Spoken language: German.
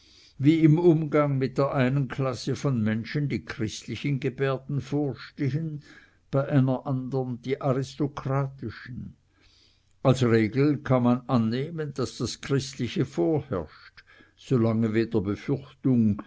wie im umgang mit der einen klasse von menschen die christlichen gebärden vorstehen bei einer andern die aristokratischen als regel kann man annehmen daß das christliche vorherrscht solange weder befürchtung